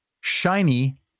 shiny